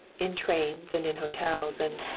in trains and in hotels and,